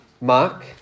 Mark